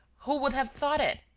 who would have thought it.